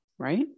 Right